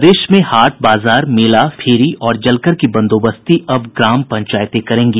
प्रदेश में हाट बाजार मेला फेरी और जलकर की बंदोबस्ती अब ग्राम पंचायतें करेंगी